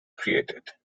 created